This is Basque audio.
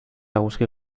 eguzki